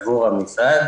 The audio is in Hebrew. עבור המשרד